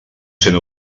sent